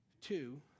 Two